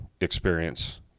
experience